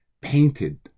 painted